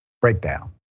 breakdown